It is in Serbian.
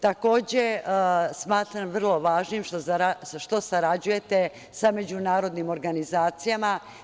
Takođe, smatram vrlo važnim što sarađujete sa međunarodnim organizacija.